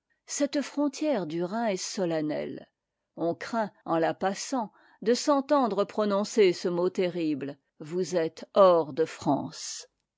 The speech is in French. cette frontière du rhin est solennelle on craint en la passant de s'entendre prononcer ce mot terrible o m m hors de ramce